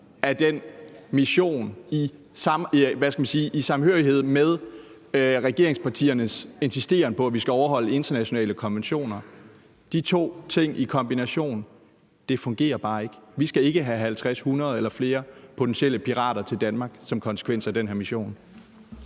af den mission, når regeringspartierne insisterer på, at vi skal overholde internationale konventioner. De to ting i kombination fungerer bare ikke. Vi skal ikke have 50, 100 eller flere potentielle pirater til Danmark som konsekvens af den her mission.